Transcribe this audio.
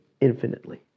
infinitely